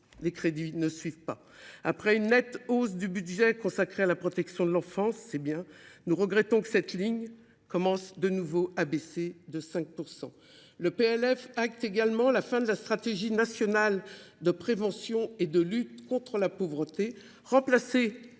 les crédits ne suivent pas. Après une nette hausse du budget consacré à la protection de l’enfance, que nous avions saluée, nous regrettons que cette ligne connaisse cette fois une baisse de 5 %. Le PLF 2024 acte également la fin de la stratégie nationale de prévention et de lutte contre la pauvreté, remplacée